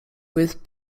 with